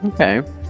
Okay